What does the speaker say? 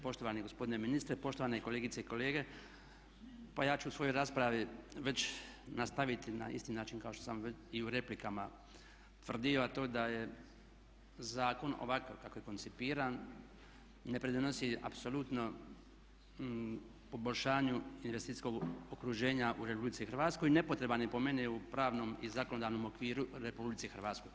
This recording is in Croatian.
Poštovani gospodine ministre, poštovane kolegice i kolege pa ja ću u svojoj raspravi već nastaviti na isti način kao što sam i u replikama tvrdio a to je da je zakon ovakav kako je koncipiran ne pridonosi apsolutno poboljšanju investicijskog okruženja u RH i nepotreban je po meni u pravnom i zakonodavnom okviru u RH.